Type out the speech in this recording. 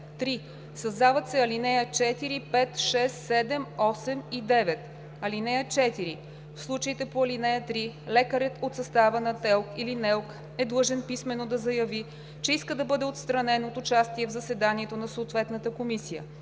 3. Създават се ал. 4, 5, 6, 7, 8 и 9: „(4) В случаите по ал. 3 лекарят от състава на ТЕЛК или НЕЛК е длъжен писмено да заяви, че иска да бъде отстранен от участие в заседанието на съответната комисия.